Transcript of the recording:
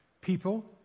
People